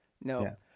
No